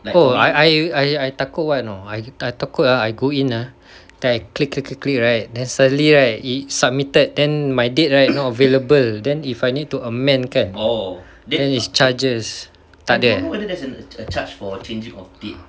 oh I I I I takut what or not I takut go in ah then I click click click click right then suddenly right it submitted then my date right not available then if I need to amend kan then is charges takde eh